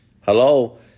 Hello